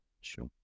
Sure